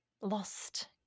Lost